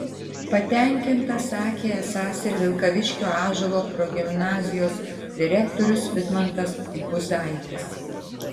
patenkintas sakė esąs ir vilkaviškio ąžuolo progimnazijos direktorius vidmantas buzaitis